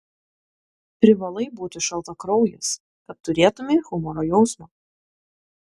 privalai būti šaltakraujis kad turėtumei humoro jausmą